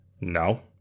no